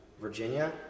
Virginia